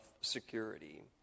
security